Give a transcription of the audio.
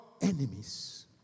enemies